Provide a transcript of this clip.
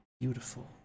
beautiful